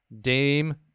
Dame